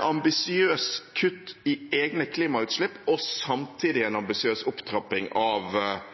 ambisiøse kutt i egne klimautslipp og samtidig en ambisiøs opptrapping av